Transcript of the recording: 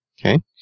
Okay